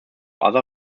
other